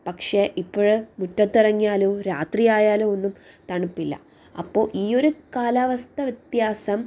പക്ഷേ ഇപ്പോഴ് മുറ്റത്തിറങ്ങിയാലോ രാത്രിയായാലോ ഒന്നും തണുപ്പില്ല അപ്പോൾ ഈ ഒരു കാലാവസ്ഥ വ്യത്യാസം